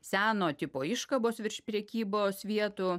seno tipo iškabos virš prekybos vietų